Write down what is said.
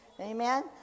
Amen